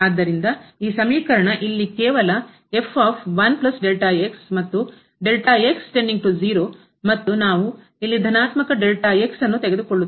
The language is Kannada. ಆದ್ದರಿಂದ ಈ ಸಮೀಕರಣ ಇಲ್ಲಿ ಕೇವಲ ಮತ್ತು ಮತ್ತು ನಾವು ಇಲ್ಲಿ ಧನಾತ್ಮಕ ನ್ನು ತೆಗೆದುಕೊಳ್ಳುತ್ತೇವೆ